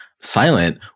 silent